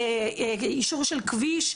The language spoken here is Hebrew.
יישור של כביש,